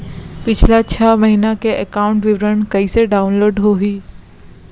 पिछला छः महीना के एकाउंट विवरण कइसे डाऊनलोड होही?